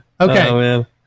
Okay